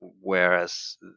whereas